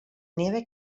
nieve